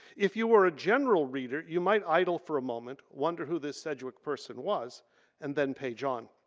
if you were a general reader you might idle for a moment, wonder who this sedgwick person was and then page on.